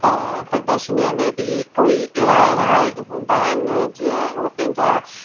त प्रदर्शनीअ में बि कोई अहिड़ा अहिड़ा हूंदा आहिनि जीअं उहे पंहिंजा